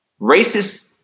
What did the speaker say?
Racist